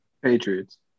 Patriots